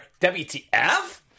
WTF